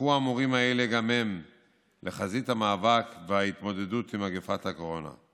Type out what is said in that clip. הפכו המורים האלה לחזית המאבק וההתמודדות עם מגפת הקורונה.